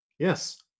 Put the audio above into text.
Yes